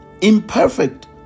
Imperfect